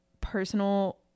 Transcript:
personal